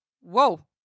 Whoa